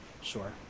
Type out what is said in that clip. Sure